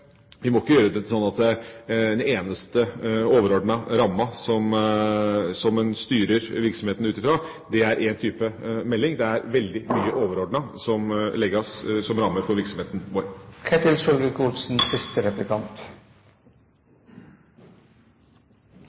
gjøre det til at den eneste overordnede rammen som en styrer virksomheten ut fra, er én type melding. Det er veldig mye overordnet som legges som rammer for virksomheten